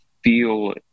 feel